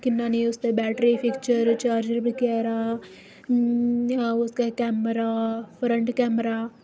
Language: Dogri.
किन्ना निं उसदे बैटरी फीचर चार्जर बगैरा उसदा कैमरा फ्रंट कैमरा